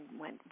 went